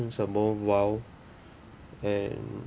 are more wild and